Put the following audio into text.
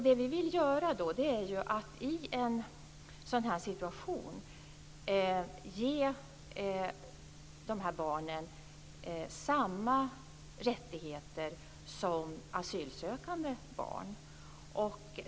Det vi vill göra är att i en sådan här situation ge dessa barn samma rättigheter som asylsökande barn.